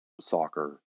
soccer